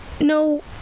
No